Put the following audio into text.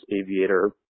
aviator